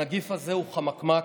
הנגיף הזה הוא חמקמק,